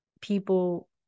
people